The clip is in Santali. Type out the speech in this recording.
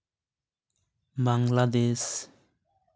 ᱵᱟᱝᱞᱟᱫᱮᱥ